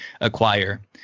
acquire